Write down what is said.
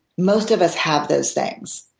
most of us have those things.